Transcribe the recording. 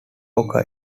occur